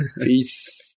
peace